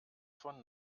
von